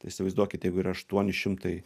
įsivaizduokit jeigu yra aštuoni šimtai